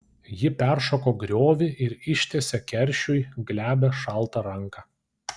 ji peršoko griovį ir ištiesė keršiui glebią šaltą ranką